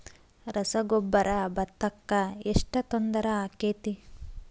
ರಸಗೊಬ್ಬರ, ಭತ್ತಕ್ಕ ಎಷ್ಟ ತೊಂದರೆ ಆಕ್ಕೆತಿ?